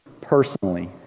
personally